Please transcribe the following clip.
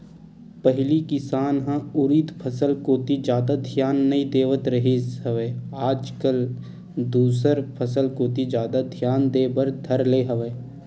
पहिली किसान ह उरिद फसल कोती जादा धियान नइ देवत रिहिस हवय आज कल दूसर फसल कोती जादा धियान देय बर धर ले हवय